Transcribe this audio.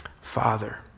Father